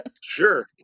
sure